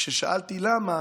כששאלתי למה,